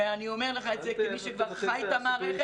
ואני אומר לך את זה כמי שכבר חי את המערכת.